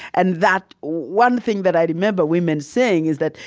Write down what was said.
and that one thing that i remember women saying is that,